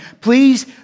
Please